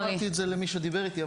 אמרתי את זה למי שדיבר איתי,